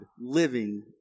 living